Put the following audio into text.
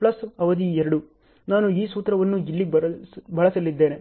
plus ಅವಧಿ 2 ನಾನು ಈ ಸೂತ್ರವನ್ನು ಇಲ್ಲಿ ಬಳಸಲಿದ್ದೇನೆ